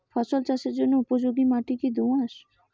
ফসল চাষের জন্য উপযোগি মাটি কী দোআঁশ?